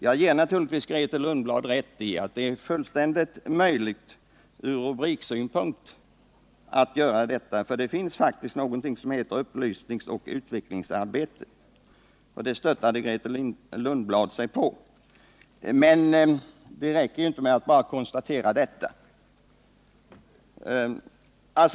Jag ger naturligtvis Grethe Lundblad rätt i att det är möjligt ur rubriksynpunkt att göra detta. Det finns faktiskt redan något som heter upplysningsoch utvecklingsarbete. Detta faktum stödde Grethe Lundblad sig på. Men det räcker inte med att bara konstatera detta.